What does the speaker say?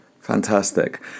Fantastic